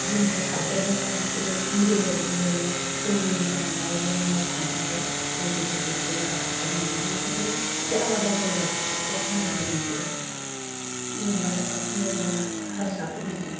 जोंनिखो साबद्रायनाय मोना बिसोरो मुगैनाय बायदि मोनो जोंनि जानाय लोंनाय थानाय बायदिफोरखो इसोरो बारा साबजानाय मोना बेनिखायनो इसोरो आलादा जायो आरो असमियाफोरनिजो जेनेबा असमिया बा हारसाफोरनि जे